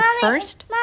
first